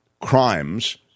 crimes